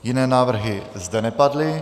Jiné návrhy zde nepadly.